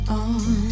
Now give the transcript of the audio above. on